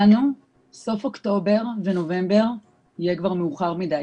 לנו סוף אוקטובר ונובמבר יהיה כבר מאוחר יותר.